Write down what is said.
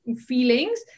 feelings